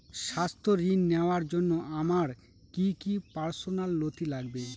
স্বাস্থ্য ঋণ নেওয়ার জন্য আমার কি কি পার্সোনাল নথি লাগবে?